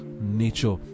nature